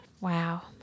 Wow